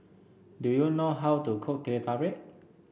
do you know how to cook Teh Tarik